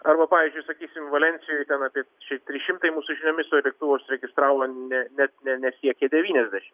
arba pavyzdžiui sakysim valensijoj ten apie šiaip trys šimtai mūsų žiniomis o į lėktuvą užsiregistravo ne net net nesiekė devyniasdešim